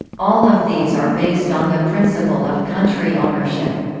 all of these are based on the principle of country ownership.